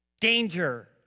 danger